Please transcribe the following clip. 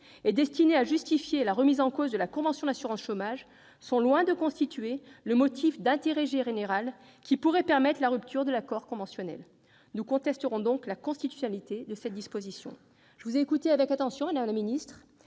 et destinés à justifier la remise en cause de la convention d'assurance chômage, sont loin de constituer le motif d'intérêt général qui pourrait permettre la rupture de l'accord conventionnel. Nous contesterons donc la constitutionnalité de cette disposition. Madame la ministre,